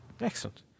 Excellent